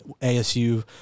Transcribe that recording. asu